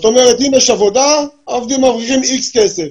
אם יש עבודה, העובדים מרווחיםX כסף.